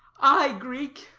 ay, greek